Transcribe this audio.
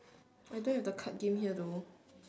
I don't have the card game here though